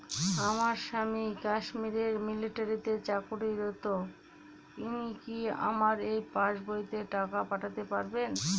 আমার স্বামী কাশ্মীরে মিলিটারিতে চাকুরিরত উনি কি আমার এই পাসবইতে টাকা পাঠাতে পারবেন?